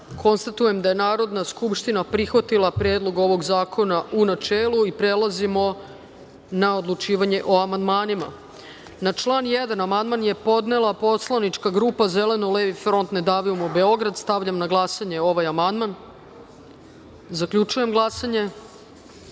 poslanika. Konstatujem da je Narodna skupština prihvatila Predlog zakona, u načelu. Prelazimo na odlučivanje o amandmanima. Na član 1. amandman je podnela poslanička grupa Zeleno-levi front – Ne davimo Beograd. Stavljam na glasanje ovaj amandman. Zaključujem glasanje: